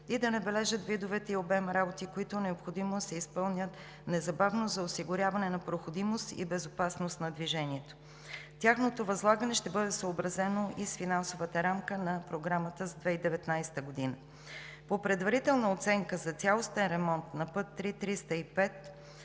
и да набележат видовете и обем работи, които е необходимо да се изпълнят незабавно за осигуряване на проходимост и безопасност на движението. Тяхното възлагане ще бъде съобразено и с финансовата рамка на програмата за 2019 г. По предварителна оценка за цялостен ремонт на път III-305